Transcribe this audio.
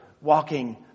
walking